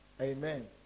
Amen